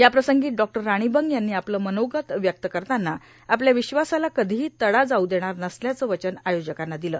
याप्रसंगी डॉ राणी बंग यांनी आपलं मनोगत व्यक्त करताना आपल्या विश्वासाला कधीही तडा जाऊ देणाऱ नसल्याचं वचन आयोजकांना दिलं